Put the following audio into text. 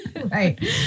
Right